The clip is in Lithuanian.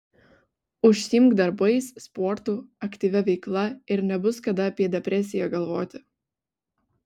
užsiimk darbais sportu aktyvia veikla ir nebus kada apie depresiją galvoti